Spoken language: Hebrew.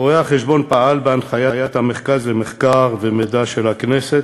רואה-החשבון פעל בהנחיית מרכז המחקר והמידע של הכנסת,